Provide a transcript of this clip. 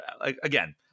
again